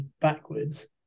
backwards